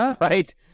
right